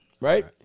right